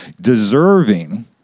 deserving